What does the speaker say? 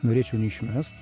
norėčiau neišmest